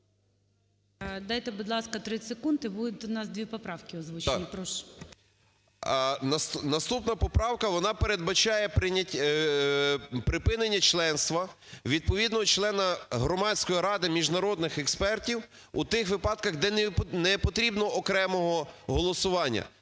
Дайте, будь ласка, 30 секунд і буде у нас дві поправки озвучені. Прошу. СИДОРОВИЧ Р.М. Наступна поправка, вона передбачає припинення членства відповідного члена громадської ради міжнародних експертів у тих випадках, де непотрібно окремого голосування.